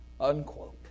Unquote